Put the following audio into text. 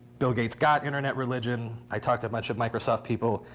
bill gates got internet religion. i talked to a bunch of microsoft people.